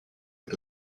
est